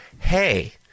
hey